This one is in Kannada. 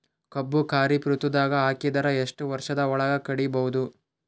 ಕಬ್ಬು ಖರೀಫ್ ಋತುದಾಗ ಹಾಕಿದರ ಎಷ್ಟ ವರ್ಷದ ಒಳಗ ಕಡಿಬಹುದು?